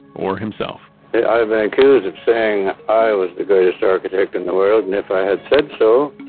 or himself i've been accused of saying i was the greatest architect in the world and if i had said so,